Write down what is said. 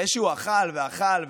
אחרי שהוא אכל ואכל,